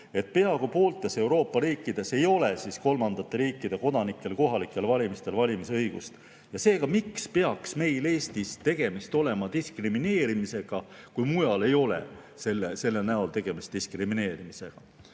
peaaegu pooltes Euroopa riikides ei ole kolmandate riikide kodanikel kohalikel valimistel valimisõigust. Seega, miks peaks meil Eestis tegemist olema diskrimineerimisega, kui mujal ei ole selle näol tegemist diskrimineerimisega?